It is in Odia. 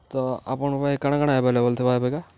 ତ ଆପଣଙ୍କ ପାଖେ କାଣା କାଣା ଆଭେଲେବୁଲ୍ ଥିବା ଏବେକା